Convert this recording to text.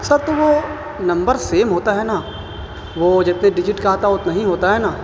سر تو وہ number same ہوتا ہے نا وہ جبتنے ڈیجٹ کا آتا ہے وہ تو نہیں ہوتا ہے نا